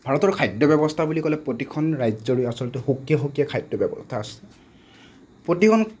ভাৰতৰ খাদ্য ব্যৱস্থা বুলি ক'লে প্ৰতিখন ৰাজ্যৰে আচলতে সুকীয়া সুকীয়া খাদ্য ব্যৱস্থা আছে প্ৰতিখন